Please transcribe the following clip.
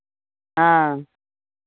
हँ